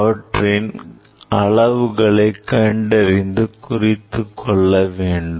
அவற்றின் அளவுகளை குறித்துக் கொள்ள வேண்டும்